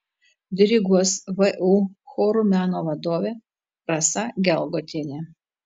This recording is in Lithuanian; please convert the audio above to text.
diriguos vu chorų meno vadovė rasa gelgotienė